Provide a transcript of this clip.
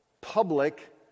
public